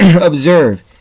observe